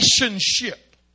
relationship